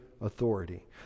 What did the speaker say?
authority